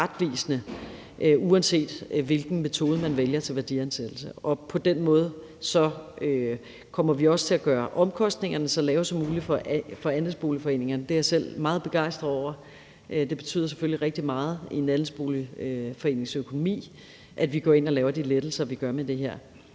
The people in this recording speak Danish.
uanset hvilken metode man vælger til værdiansættelsen, og på den måde kommer vi også til at gøre omkostningerne så lave som muligt for andelsboligforeningerne. Det er jeg selv meget begejstret over, og det betyder selvfølgelig rigtig meget i en andelsboligforenings økonomi, at vi går ind og laver de lettelser, vi gør, med det her.